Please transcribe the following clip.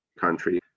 country